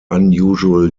unusual